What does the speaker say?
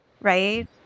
right